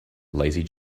lazy